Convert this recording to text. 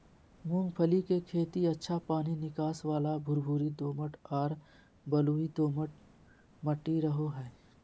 मूंगफली के खेती अच्छा पानी निकास वाला भुरभुरी दोमट आर बलुई दोमट मट्टी रहो हइ